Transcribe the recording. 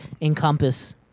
encompass